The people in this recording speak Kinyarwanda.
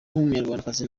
nk’umunyarwandakazi